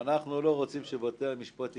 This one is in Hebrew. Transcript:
אנחנו לא רוצים שבתי המשפט יקבעו.